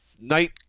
night